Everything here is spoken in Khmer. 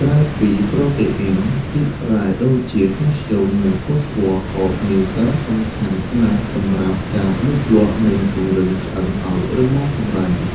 ក្រៅពីប្រូតេអ៊ីន ជាតិរ៉ែដូចជា កាល់ស្យូម និងផូស្វ័រ ក៏មានសារៈសំខាន់ណាស់សម្រាប់ការលូតលាស់ និងពង្រឹង ឆ្អឹង ឱ្យរឹងមាំផងដែរ។